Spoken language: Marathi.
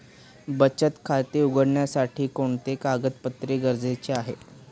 बचत खाते उघडण्यासाठी कोणते कागदपत्रे गरजेचे आहे?